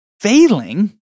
failing